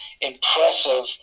impressive